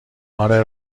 آره